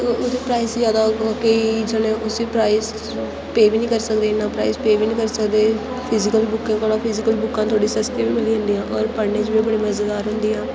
ओहदा प्राइज जैदा होंदा केईं जेल्लै उस्सी प्राइज पे बी नेईं करदे इन्ना प्राइज पे बी नेईं करी सकदे फिजीकल बुक्कें कोला फिजीकल बुक्कां थोह्ड़ियां सस्ती बी मिली जंदियां और पढ़ने च बी बड़ी मजेदार होदियां